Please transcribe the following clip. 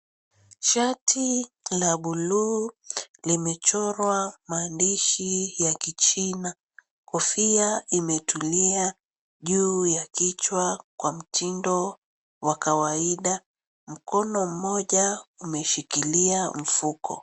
Shati la buluu limechorwa maandishi ya kichina. Kofia imetulia juu ya kichwa kwa mtindo wa kawaida. Mkono mmoja umeshikilia mfuko.